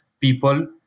people